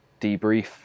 Debrief